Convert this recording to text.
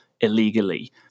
illegally